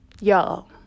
Y'all